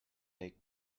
they